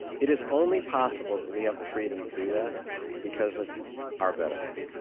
it is only possible that we have the freedom to do that because of our veterans.